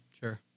Sure